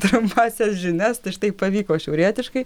trumpąsias žinias tai štai pavyko šiaurietiškai